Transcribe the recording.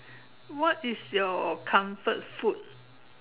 what is your comfort food